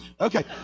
Okay